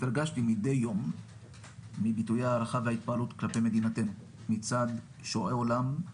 התרגשתי מדי יום מביטויי ההערכה וההתפעלות כלפי מדינתנו מצד שועי עולם,